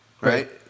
Right